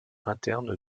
interne